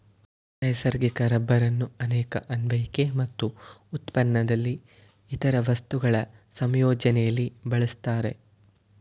ನೈಸರ್ಗಿಕ ರಬ್ಬರನ್ನು ಅನೇಕ ಅನ್ವಯಿಕೆ ಮತ್ತು ಉತ್ಪನ್ನದಲ್ಲಿ ಇತರ ವಸ್ತುಗಳ ಸಂಯೋಜನೆಲಿ ಬಳಸ್ತಾರೆ